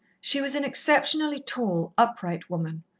she was an exceptionally tall, upright woman,